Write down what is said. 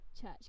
church